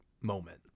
moment